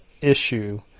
issue